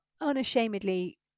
unashamedly